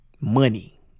money